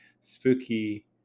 spooky